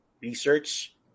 Research